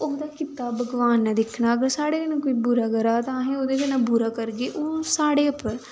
उं'दा कीते दा भगवान ने दिक्खना अगर साढ़े कन्नै कोई तां असें ओह्दे कन्नै बुरा करगे ओह् साढ़े उप्पर